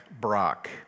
Brock